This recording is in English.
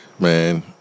Man